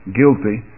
guilty